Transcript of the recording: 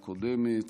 לסדר-היום הקודמת.